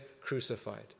crucified